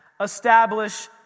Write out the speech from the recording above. establish